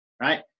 Right